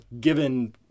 Given